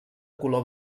color